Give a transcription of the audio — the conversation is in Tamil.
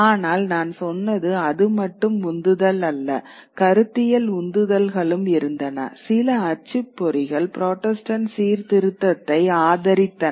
ஆனால் நான் சொன்னது அது மட்டும் உந்துதல் அல்ல கருத்தியல் உந்துதல்களும் இருந்தன சில அச்சுப்பொறிகள் புராட்டஸ்டன்ட் சீர்திருத்தத்தை ஆதரித்தனர்